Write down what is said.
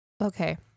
okay